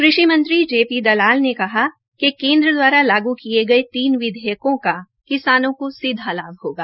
कृषि मंत्री J P Dalal ने कहा है कि केन्द्र द्वारा लागू किये गये तीन अध्यादेशों का किसानों को सीधा लाभ होगा